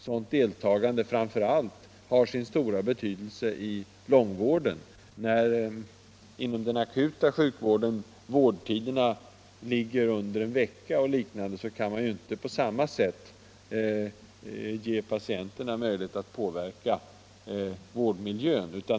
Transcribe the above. Sådant deltagande har framför allt sin stora betydelse inom långvården. Inom den akuta sjukvården, där vårdtiden kanske ligger under en vecka, kan man inte på samma sätt ge patienterna möjlighet att påverka vårdmiljön.